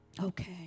Okay